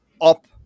up